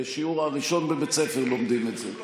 בשיעור הראשון בבית ספר לומדים את זה.